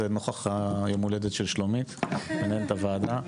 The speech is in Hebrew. נוכח יום ההולדת של שלומית מנהלת הוועדה,